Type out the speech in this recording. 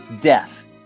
death